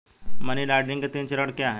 Money laundering के तीन चरण क्या हैं?